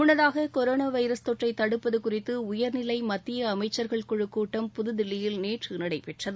முன்னதாக corona virus தொற்றை தடுப்பது குறித்து உயா்நிலை மத்திய அமைச்ச்கள் நிலையிலான குழு கூட்டம் புதுதில்லியில் நேற்று நடைபெற்றது